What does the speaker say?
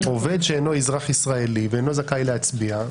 עובד שאינו אזרח ישראלי ואינו זכאי להצביע.